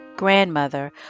grandmother